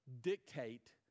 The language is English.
Dictate